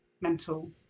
mental